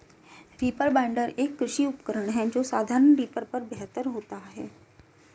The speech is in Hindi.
रीपर बाइंडर, एक कृषि उपकरण है जो साधारण रीपर पर बेहतर होता है